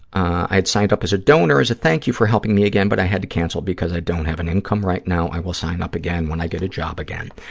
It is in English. i had signed up as a donor as a thank you for helping me again but i had to cancel because i don't have an income right now. i will sign up again when i get a job again.